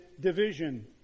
division